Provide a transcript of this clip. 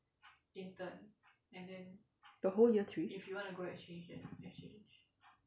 the whole year three